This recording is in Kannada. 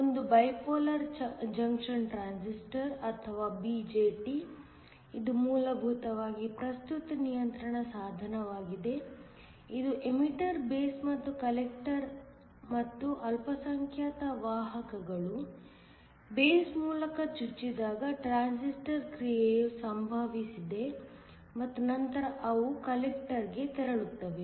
ಒಂದು ಬೈಪೋಲಾರ್ ಜಂಕ್ಷನ್ ಟ್ರಾನ್ಸಿಸ್ಟರ್ ಅಥವಾ BJT ಇದು ಮೂಲಭೂತವಾಗಿ ಪ್ರಸ್ತುತ ನಿಯಂತ್ರಣ ಸಾಧನವಾಗಿದೆ ಇದು ಎಮಿಟರ್ ಬೇಸ್ ಮತ್ತು ಕಲೆಕ್ಟರ್ ಮತ್ತು ಅಲ್ಪಸಂಖ್ಯಾತ ವಾಹಕಗಳು ಬೇಸ್ ಮೂಲಕ ಚುಚ್ಚಿದಾಗ ಟ್ರಾನ್ಸಿಸ್ಟರ್ ಕ್ರಿಯೆಯು ಸಂಭವಿಸಿದೆ ಮತ್ತು ನಂತರ ಅವು ಕಲೆಕ್ಟರ್ ಗೆ ತೆರಳುತ್ತವೆ